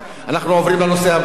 אנחנו עוברים לנושא הבא,